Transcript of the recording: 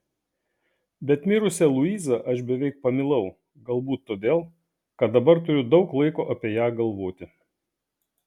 bet mirusią luizą aš beveik pamilau galbūt todėl kad dabar turiu daug laiko apie ją galvoti